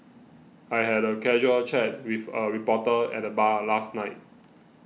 I had a casual chat with a reporter at the bar last night